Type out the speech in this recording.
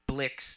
Blix